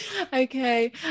Okay